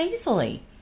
easily